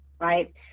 right